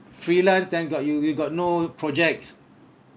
freelance then got you you got no projects